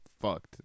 fucked